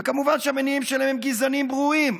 וכמובן שהמניעים שלהם גזעניים ברורים,